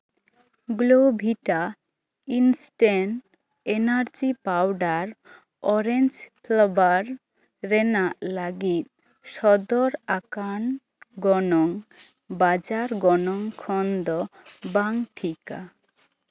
ᱜᱞᱳᱵᱷᱤᱴᱟ instant energy powder orange flavour ᱨᱮᱱᱟᱜ ᱞᱟᱹᱜᱤᱫ ᱥᱚᱫᱚᱨ ᱟᱠᱟᱱ ᱜᱚᱱᱚᱝ ᱵᱟᱡᱟᱨ ᱜᱚᱱᱚᱝ ᱛᱚᱠᱷᱚᱱ ᱫᱚ ᱵᱟᱝ ᱴᱷᱤᱠᱼᱟ